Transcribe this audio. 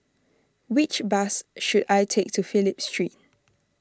which bus should I take to Phillip Street